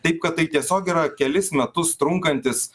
taip kad tai tiesiog yra kelis metus trunkantis